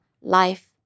life